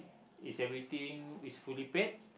is everything is fully packed